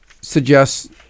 suggest